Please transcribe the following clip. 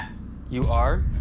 you are?